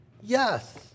Yes